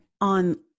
on